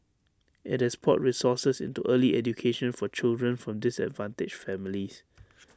IT has poured resources into early education for children from disadvantaged families